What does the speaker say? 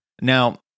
Now